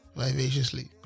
vivaciously